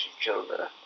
children